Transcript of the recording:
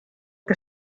que